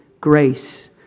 Grace